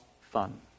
fun